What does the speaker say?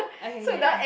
okay ya